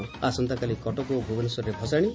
ଆସନ୍ତାକାଲି କଟକ ଓ ଭ୍ରବନେଶ୍ୱରରେ ଭସାଣି